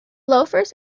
loafers